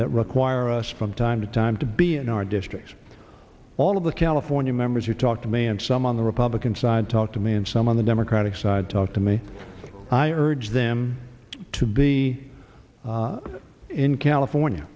that require us from time to time to be in our districts all of the california members you talk to me and some on the republican side talk to me and some of the democratic side talk to me i urge them to be in california